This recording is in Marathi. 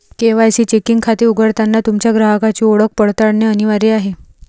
के.वाय.सी चेकिंग खाते उघडताना तुमच्या ग्राहकाची ओळख पडताळणे अनिवार्य आहे